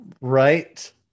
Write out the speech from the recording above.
right